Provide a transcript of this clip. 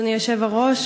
אדוני היושב-ראש,